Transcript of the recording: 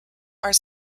are